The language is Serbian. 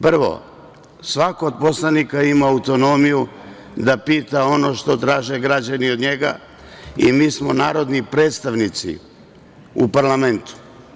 Prvo, svako od poslanika ima autonomiju da pita ono što traže građani od njega i mi smo narodni predstavnici u parlamentu.